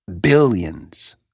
billions